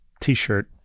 T-shirt